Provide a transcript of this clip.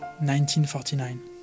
1949